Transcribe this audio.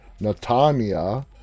Natania